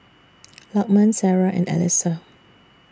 Lokman Sarah and Alyssa